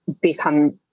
become